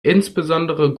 insbesondere